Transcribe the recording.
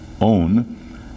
own